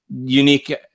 unique